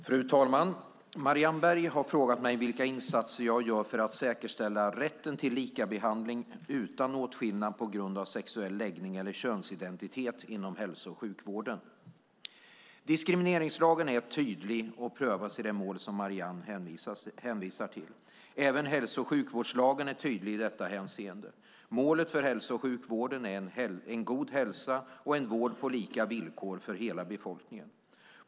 Fru talman! Marianne Berg har frågat mig vilka insatser jag gör för att säkerställa rätten till likabehandling utan åtskillnad på grund av sexuell läggning eller könsidentitet inom hälso och sjukvården. Diskrimineringslagen är tydlig och prövas i det mål som Marianne hänvisar till. Även hälso och sjukvårdslagen är tydlig i detta hänseende. Målet för hälso och sjukvården är en god hälsa och en vård på lika villkor för hela befolkningen.